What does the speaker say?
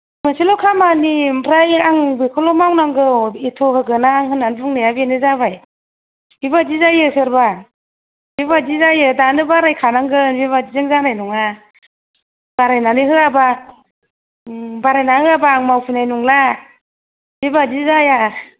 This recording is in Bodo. मोनसेल' खामानि ओमफ्राय आं बेखौल' मावनांगौ एथ' होगोन आं होननानै बुंनाया बेनो जाबाय बेबायदि जायो सोरबा बेबायदि जायो दानो बाराखानांगोन बेबायदिजों जानाय नङा बारायनानै होयाब्ला बारायनानै होयाब्ला आं मावफैनाय नंला बेबायदि जाया